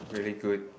really good